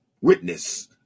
witness